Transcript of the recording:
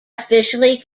officially